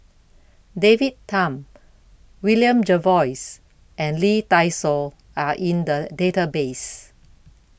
David Tham William Jervois and Lee Dai Soh Are in The Database